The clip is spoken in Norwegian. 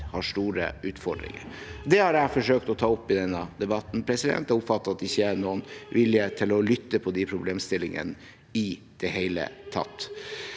har store utfordringer. Det har jeg forsøkt å ta opp i denne debatten, og jeg oppfatter at det ikke er noen vilje til å lytte til de problemstillingene i det hele tatt.